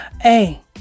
Hey